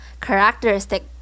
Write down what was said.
Characteristic